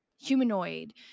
Humanoid